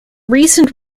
recent